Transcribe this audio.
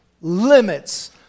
limits